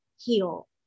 heal